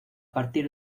partir